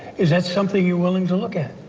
is that something you willing to look at?